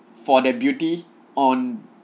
for their beauty on